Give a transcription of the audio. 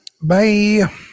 Bye